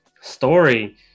story